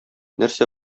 нәрсә